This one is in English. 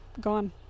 Gone